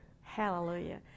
hallelujah